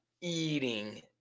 eating